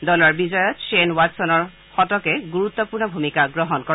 দলৰ বিজয়ত শ্বেন ৱাটছনৰ শতকে গুৰুত্বপূৰ্ণ ভূমিকা গ্ৰহণ কৰে